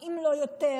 אם לא יותר,